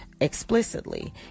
explicitly